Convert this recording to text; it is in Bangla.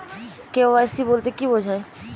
কে.ওয়াই.সি বলতে কি বোঝায়?